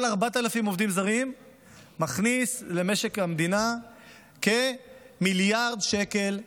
כל 4,000 עובדים זרים מכניסים למשק המדינה כמיליארד שקל.